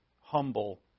humble